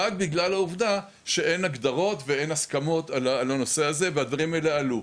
רק בגלל העובדה שאין הגדרות והסכמות על הנושא הזה והדברים האלה עלו.